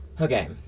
Okay